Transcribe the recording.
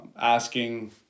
asking